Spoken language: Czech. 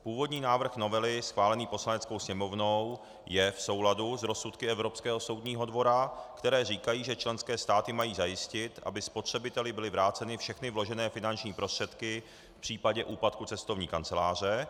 Původní návrh novely schválený Poslaneckou sněmovnou je v souladu s rozsudky Evropského soudního dvora, které říkají, že členské státy mají zajistit, aby spotřebiteli byly vráceny všechny vložené finanční prostředky v případě úpadku cestovní kanceláře.